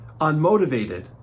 unmotivated